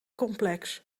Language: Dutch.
complex